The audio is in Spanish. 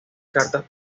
cartas